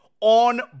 on